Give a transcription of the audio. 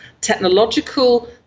technological